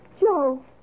Joe